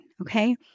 okay